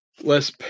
less